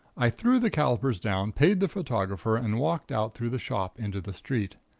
i threw the calipers down, paid the photographer, and walked out through the shop into the street.